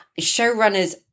showrunners